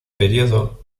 período